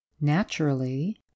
Naturally